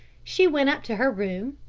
she went up to her room,